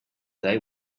day